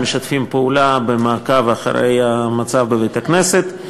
שמשתפת פעולה במעקב אחרי המצב בבית הכנסת.